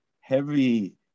heavy